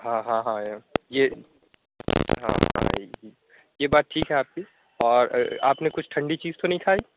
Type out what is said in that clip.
ہاں ہاں ہاں یہ یہ ہاں ہاں ٹھیک ہے یہ بات ٹھیک ہے آپ کی اور آپ نے کچھ ٹھنڈی چیز تو نہیں کھائی